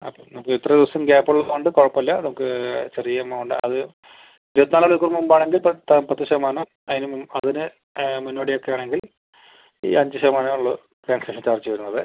അപ്പം നമുക്ക് ഇത്ര ദിവസം ഗ്യാപ്പ് ഉള്ളതുകൊണ്ട് കുഴപ്പമില്ല നമുക്ക് ചെറിയ എമൗണ്ട് അത് ഇരുപത്തി നാല് മണിക്കൂർ മുൻപ് ആണെങ്കിൽ പത്ത് ശതമാനം അതിന് അതിന് മുന്നോടി ഒക്കെ ആണെങ്കിൽ ഈ അഞ്ച് ശതമാനം ഉള്ളൂ ക്യാൻസലേഷൻ ചാർജ് വരുന്നത്